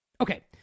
Okay